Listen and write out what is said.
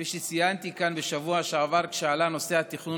כפי שציינתי כאן בשבוע שעבר כשעלה נושא התכנון